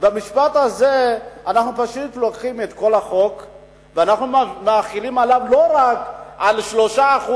במשפט הזה אנחנו פשוט לוקחים את כל החוק ומחילים אותו לא רק על 3%,